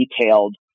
detailed